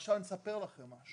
עכשיו, אני אספר לכם משהו.